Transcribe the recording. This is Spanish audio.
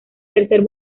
tercer